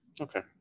Okay